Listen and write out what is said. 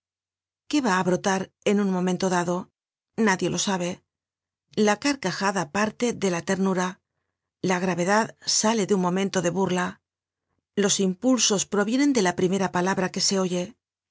qué va á brotar en un momento dado nadie lo sabe la carcajada parte de la ternura la gravedad sale de un momento de burla los impulsos provienen de la primera palabra que se oye